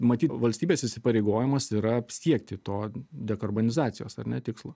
matyt valstybės įsipareigojimas yra siekti to dekarbonizacijos ar ne tikslo